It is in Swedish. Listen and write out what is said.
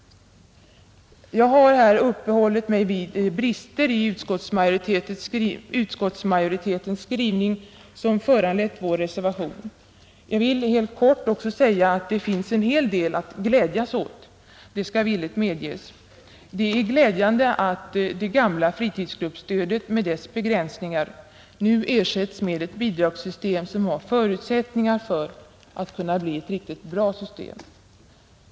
Jag har här uppehållit mig vid brister i utskottsmajoritetens skrivning som föranlett vår reservation. Helt kort vill jag också säga att det finns en hel del att glädjas åt — det skall villigt medges. Det är glädjande att det gamla fritidsgruppsstödet med dess begränsningar nu ersätts med ett bidragssystem som har förutsättningar att kunna bli ett riktigt bra system.